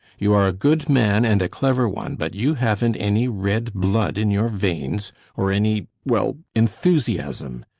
you are a good man and a clever one, but you haven't any red blood in your veins or any well, enthusiasm.